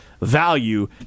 value